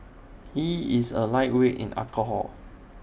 he is A lightweight in alcohol